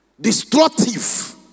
Destructive